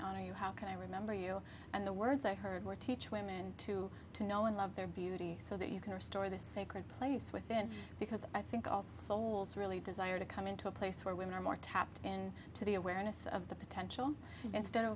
i honor you how can i remember you and the words i heard or teach women to know and love their beauty so that you can restore this sacred place within because i think all souls really desire to come into a place where women are more tapped in to the awareness of the potential instead of